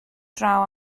draw